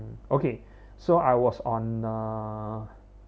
okay so I was on a